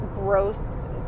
Gross